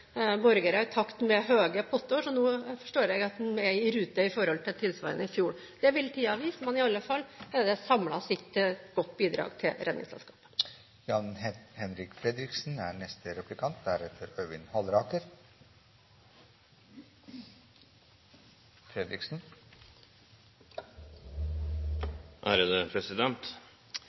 borgere i takt med høye potter, så nå forstår jeg at de er i rute i forhold til i fjor. Det vil tiden vise, men i alle fall er det samlet sett et godt bidrag til Redningsselskapet.